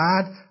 God